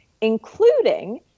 including